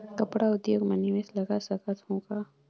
कपड़ा उद्योग म निवेश लगा सकत हो का?